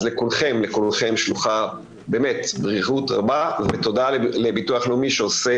אז לכולכם שלוחה באמת בריאות רבה ותודה לביטוח לאומי שעושה